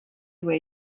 where